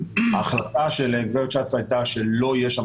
ההחלטה של גברת שץ הייתה שלא יהיה שם